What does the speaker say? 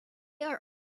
are